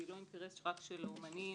ולא רק של אומנים,